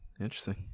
interesting